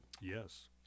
yes